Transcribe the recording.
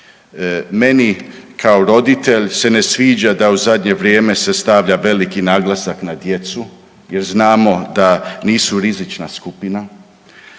Meni kao roditelj se ne sviđa da u zadnje vrijeme se stavlja veliki naglasak na djecu jer znamo da nisu rizična skupina.